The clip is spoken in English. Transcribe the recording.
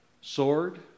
sword